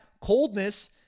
coldness